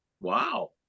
wow